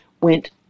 went